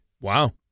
Wow